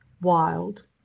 wild